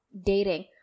dating